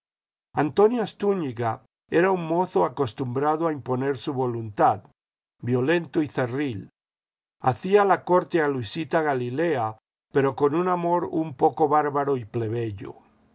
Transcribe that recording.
estúñiga era un mozo acostumbrado a imponer su voluntad violento y cerril hacía la corte a luisita galilea pero con un amor un poco bárbaro y plebeyo